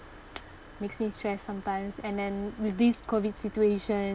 makes me stressed sometimes and then with this COVID situation